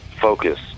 focus